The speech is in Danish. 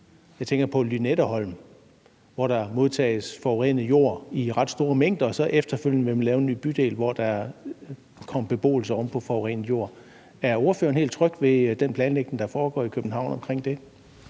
Jeg tænker på Lynetteholmen, hvor der modtages forurenet jord i ret store mængder, og efterfølgende vil man så lave en ny bydel, hvor der kommer beboelse oven på forurenet jord. Er ordføreren helt tryg ved den planlægning, der foregår omkring det